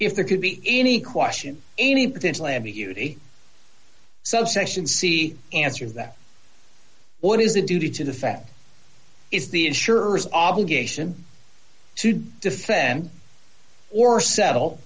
if there could be any question any potential ambiguity subsection c answers that what is a duty to the fact is the insurers obligation to defend or settle